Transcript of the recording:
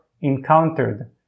encountered